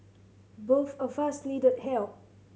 both of us needed help